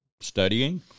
Studying